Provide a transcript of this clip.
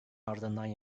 ardından